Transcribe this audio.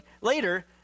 later